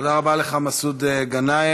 תודה רבה לך, מסעוד גנאים.